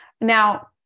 Now